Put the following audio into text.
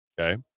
okay